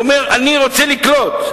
והוא אומר: אני רוצה לקלוט,